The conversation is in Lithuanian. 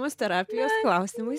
tos terapijos klausimais